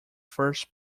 first